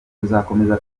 tuzakomeza